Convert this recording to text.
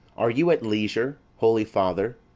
are you at leisure, holy father,